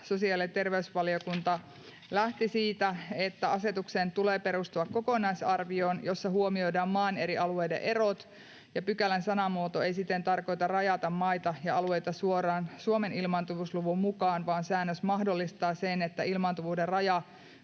sosiaali‑ ja terveysvaliokunta lähti siitä, että asetuksen tulee perustua kokonaisarvioon, jossa huomioidaan maan eri alueiden erot, ja pykälän sanamuoto ei siten tarkoita rajata maita ja alueita suoraan Suomen ilmaantuvuusluvun mukaan, vaan säännös mahdollistaa sen, että ilmaantuvuuden raja